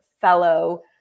fellow